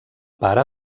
pare